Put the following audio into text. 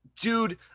dude